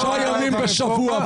חמישה ימים בשבוע,